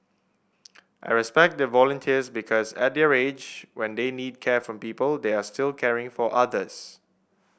I respect their volunteers because at their age when they need care from people they are still caring for others